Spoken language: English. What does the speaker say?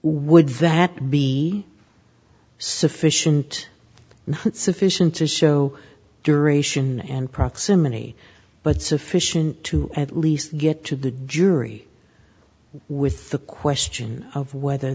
would that be sufficient not sufficient to show duration and proximity but sufficient to at least get to the jury with the question of whether